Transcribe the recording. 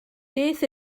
beth